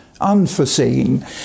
unforeseen